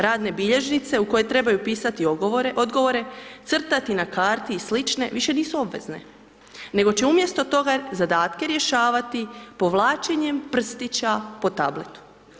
Radne bilježnice u koje trebaju pisati odgovore, crtati na karti i slično, više nisu obvezne nego će umjesto toga zadatke rješavati povlačenjem prstića po tabletu.